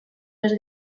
més